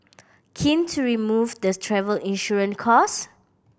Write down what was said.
keen to remove the's travel insurance cost